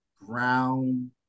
brown